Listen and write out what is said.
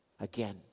Again